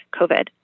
COVID